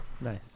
Nice